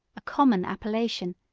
a common appellation,